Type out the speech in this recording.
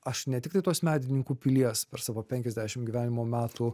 aš ne tik kad tos medininkų pilies per savo penkiasdešim gyvenimo metų